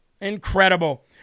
Incredible